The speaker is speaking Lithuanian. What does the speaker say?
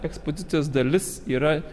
ekspozicijos dalis yra